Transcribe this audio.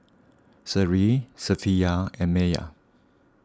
Seri Safiya and Maya